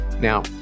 Now